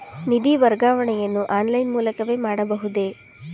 ನಿಧಿ ವರ್ಗಾವಣೆಯನ್ನು ಆನ್ಲೈನ್ ಮೂಲಕವೇ ಮಾಡಬಹುದೇ?